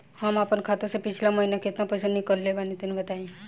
हम आपन खाता से पिछला महीना केतना पईसा निकलने बानि तनि बताईं?